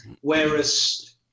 Whereas